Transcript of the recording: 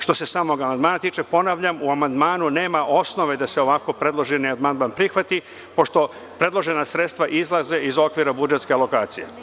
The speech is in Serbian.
Što se samog amandmana tiče, ponavljam, u amandmanu nema osnove da se ovako predloženi amandman prihvati, pošto predložena sredstva izlaze iz okvira budžetske alokacije.